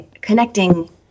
connecting